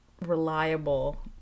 reliable